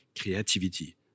creativity